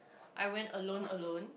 I went alone alone